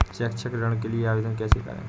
शैक्षिक ऋण के लिए आवेदन कैसे करें?